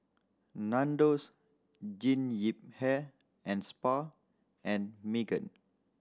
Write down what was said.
Nandos Jean Yip Hair and Spa and Megan